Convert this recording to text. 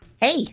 hey